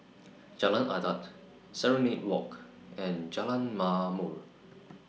Jalan Adat Serenade Walk and Jalan Ma'mor